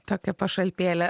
tokia pašaipėlė